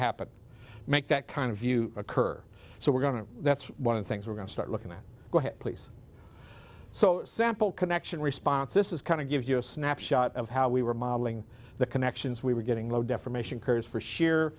happen make that kind of view occur so we're going to that's one of the things we're going to start looking at go ahead please so sample connection response this is kind of give you a snapshot of how we were modeling the connections we were getting low defamation curves for sheer